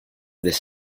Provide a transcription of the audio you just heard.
this